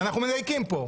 ואנחנו מדייקים פה.